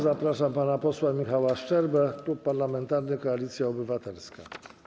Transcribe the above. Zapraszam pana posła Michała Szczerbę, Klub Parlamentarny Koalicja Obywatelska.